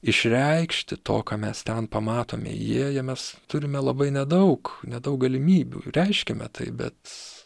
išreikšti to ką mes ten pamatome įėję mes turime labai nedaug nedaug galimybių reiškiame tai bet